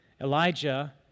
Elijah